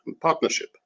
partnership